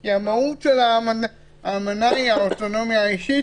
כי מהות האמנה היא האוטונומיה האישית.